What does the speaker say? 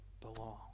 belong